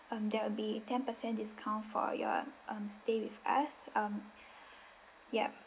um there will be ten percent discount for your uh stay with us um yup